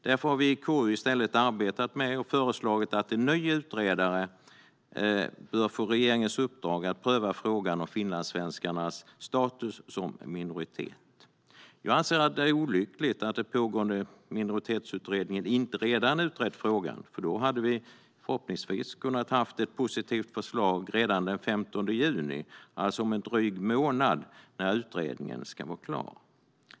Därför har vi i KU i stället arbetat med och föreslagit att en ny utredare bör få regeringens uppdrag att pröva frågan om finlandssvenskarnas status som minoritet. Jag anser att det är olyckligt att den pågående minoritetsutredningen inte redan utrett frågan, för då hade vi förhoppningsvis kunnat ha ett positivt förslag redan den 15 juni, alltså om en dryg månad, när utredningen ska vara klar.